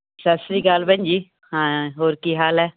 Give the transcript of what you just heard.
ਸਤਿ ਸ੍ਰੀ ਅਕਾਲ ਭੈਣ ਜੀ ਹਾਂ ਹੋਰ ਕੀ ਹਾਲ ਹੈ